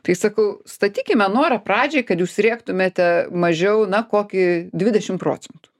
tai sakau statykime norą pradžioj kad jūs siektumėte mažiau na kokį dvidešim procentų